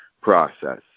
process